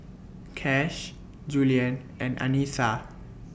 Kash Juliann and Anissa